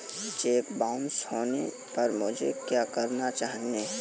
Check bounce होने पर मुझे क्या करना चाहिए?